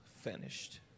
finished